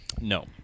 No